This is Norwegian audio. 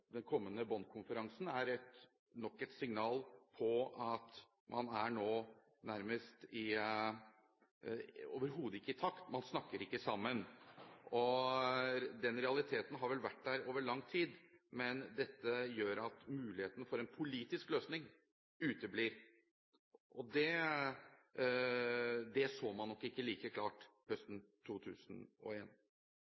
den kommende Bonn-konferansen er nok et signal på at man nå overhodet ikke er i takt, man snakker ikke sammen. Den realiteten har vel vært der over lang tid, men dette gjør at muligheten for en politisk løsning uteblir. Det så man nok ikke like klart høsten